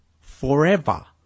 forever